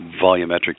volumetric